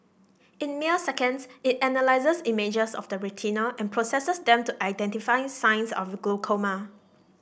in mere seconds it analyses images of the retina and processes them to identify signs of the glaucoma